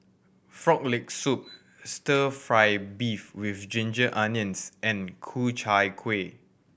Frog Leg Soup Stir Fry beef with ginger onions and Ku Chai Kueh